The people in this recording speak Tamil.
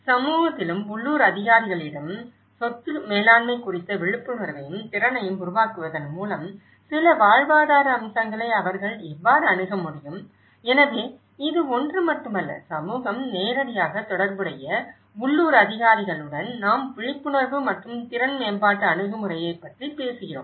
சமூகத்திலும் உள்ளூர் அதிகாரிகளிடமும் சொத்து மேலாண்மை குறித்து விழிப்புணர்வையும் திறனையும் உருவாக்குவதன் மூலம் சில வாழ்வாதார அம்சங்களை அவர்கள் எவ்வாறு அணுக முடியும் எனவே இது ஒன்று மட்டுமல்ல சமூகம் நேரடியாக தொடர்புடைய உள்ளூர் அதிகாரிகளுடன் நாம் விழிப்புணர்வு மற்றும் திறன் மேம்பாட்டு அணுகுமுறையைப் பற்றி பேசுகிறோம்